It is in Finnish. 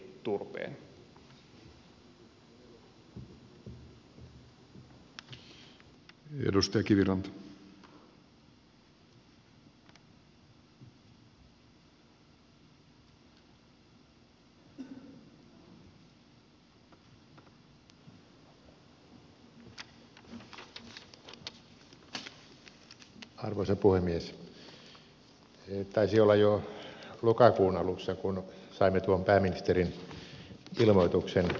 se taisi olla jo lokakuun alussa kun saimme tuon pääministerin ilmoituksen energiapolitiikasta